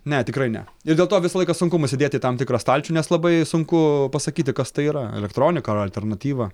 ne tikrai ne ir dėl to visą laiką sunku mus įdėti į tam tikrą stalčių nes labai sunku pasakyti kas tai yra elektronika ar alternatyva